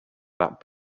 that